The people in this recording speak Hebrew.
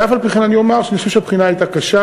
ואף-על-פי-כן אני אומר שאני חושב שהבחינה הייתה קשה,